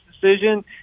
decision